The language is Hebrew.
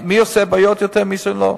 מי עושה יותר בעיות ומי לא.